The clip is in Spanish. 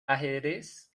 ajedrez